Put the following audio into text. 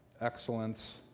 excellence